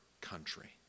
country